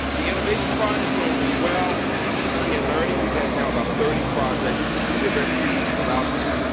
the innovation fund is doing really well in teaching and learning. we've had now about thirty projects and we're very pleased about that.